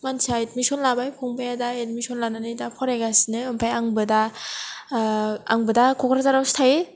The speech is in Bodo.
मानसिया एदमिसन लाबाय फंबाया दा एदमिसन लानानै दा फरायगासिनो ओमफ्राय आंबो दा ओ आंबो दा कक्राझारावसो थायो